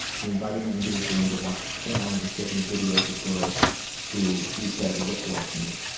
he invited me into his room to watch porn and showed me videos of girls who he said looked like me.